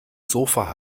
sofa